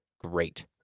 Great